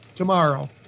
Tomorrow